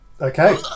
Okay